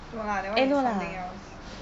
no lah that [one] is something else